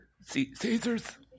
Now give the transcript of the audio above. Caesar's